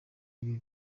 ibi